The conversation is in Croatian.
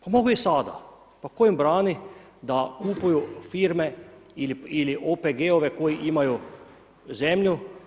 Pa mogu i sada, pa tko im brani da kupuju firme ili OPG-ove koji imaju zemlju?